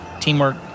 Teamwork